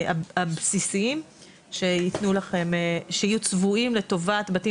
הבסיסיים שיהיו צבועים לטובת בתים